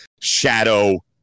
shadow